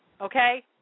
okay